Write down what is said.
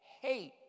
hate